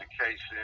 education